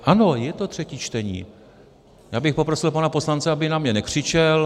Ano, je to třetí čtení, já bych poprosil pana poslance, aby na mě nekřičel.